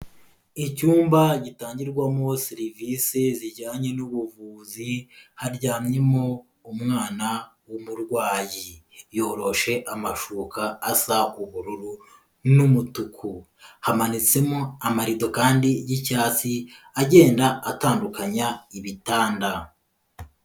Icyumba gitangirwamo serivisi zijyanye n'ubuvuzi, haryamyemo umwana w'umurwayi yiyoroshe amashuka asa ubururu n'umutuku. Hamanitsemo amarido kandi y'icyatsi agenda atandukanya ibitanda.